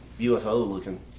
UFO-looking